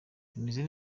bimeze